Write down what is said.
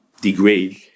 degrade